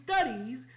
studies